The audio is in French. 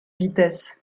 vitesse